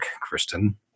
Kristen